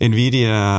Nvidia